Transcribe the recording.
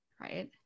right